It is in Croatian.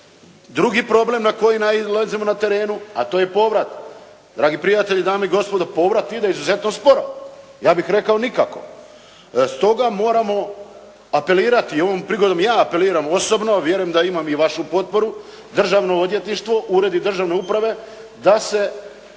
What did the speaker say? Drugi problem na koji nailazimo na terenu, a to je povrat. Dragi prijatelji, dame i gospodo, povrat ide izuzetno sporo, ja bih rekao nikako. Stoga moramo apelirati i ovom prigodom ja apeliram osobno, a vjerujem da imam i vašu potporu, državno odvjetništvo, uredi državne uprave da se